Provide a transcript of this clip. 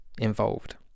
involved